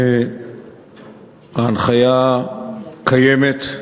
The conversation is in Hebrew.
ההנחיה קיימת,